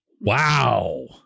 Wow